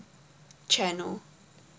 channel